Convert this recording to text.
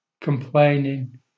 complaining